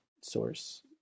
source